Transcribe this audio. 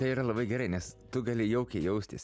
tai yra labai gerai nes tu gali jaukiai jaustis